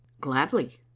Gladly